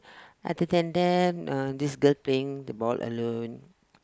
other than that uh this girl playing the ball alone